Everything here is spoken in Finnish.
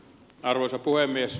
arvoisa puhemies